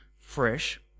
fresh